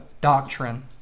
doctrine